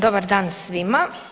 Dobar dan svima.